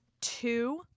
two